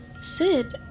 Sid